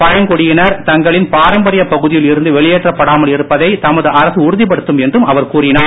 பழங்குடியினர் தங்களின் பாரம்பரிய பகுதியில் இருந்து வெளியேற்றப் படாமல் இருப்பதை தமது அரசு உறுதிப்படுத்தும் என்றும் அவர் கூறினார்